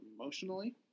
emotionally